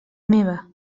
meva